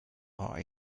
are